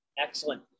excellent